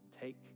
take